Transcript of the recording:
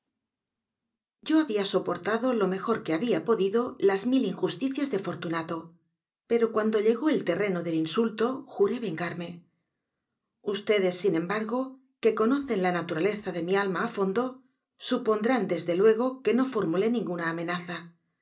yo había soportado lo mejor que había podido las mil injusticias dé f o r t u n a t o pero cuando llegó al t e rreno del insulto j u r é v e n g a r m e ustedes sin e m b a r g o que conocen la naturaleza de mi alma á fondo supondrán desde luego que no formulé ninguna amenaza